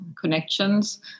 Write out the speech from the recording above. connections